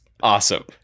Awesome